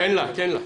תן לה.